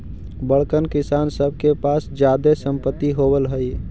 बड़कन किसान सब के पास जादे सम्पत्ति होवऽ हई